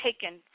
taken